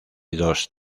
dos